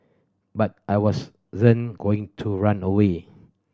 but I was going to run away